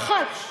נכון.